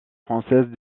françaises